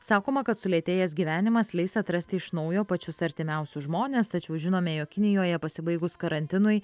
sakoma kad sulėtėjęs gyvenimas leis atrasti iš naujo pačius artimiausius žmones tačiau žinome jog kinijoje pasibaigus karantinui